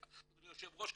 אדוני היושב ראש,